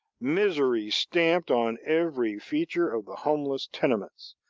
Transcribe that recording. misery stamped on every feature of the homeless tenements.